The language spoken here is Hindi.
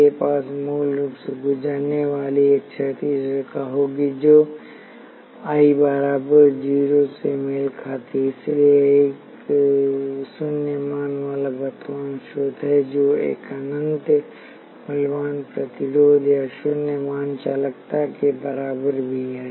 मेरे पास मूल से गुजरने वाली एक क्षैतिज रेखा होगी जो I बराबर 0 से मेल खाती है इसलिए यह एक शून्य मान वाला वर्तमान स्रोत है जो एक अनंत मूल्यवान प्रतिरोध या शून्य मान चालकता के बराबर भी है